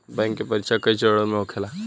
bank के परीक्षा कई चरणों में होखेला